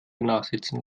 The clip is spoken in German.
nachsitzen